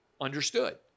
Understood